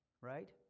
right